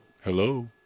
Hello